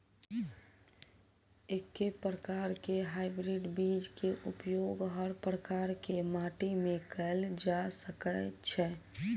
एके प्रकार केँ हाइब्रिड बीज केँ उपयोग हर प्रकार केँ माटि मे कैल जा सकय छै?